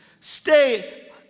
Stay